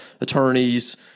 attorneys